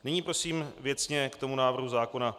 Nyní prosím věcně k tomu návrhu zákona.